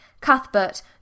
Cuthbert